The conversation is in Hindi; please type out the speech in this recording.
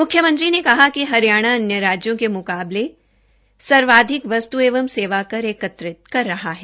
मुख्यमंत्री ने कहा कि हरियाणा अन्य राज्यों के मुकाबले सबसे अधिक वस्तु एवं सेवा कर एकत्रित कर रहा है